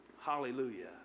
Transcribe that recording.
Hallelujah